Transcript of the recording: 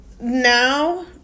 Now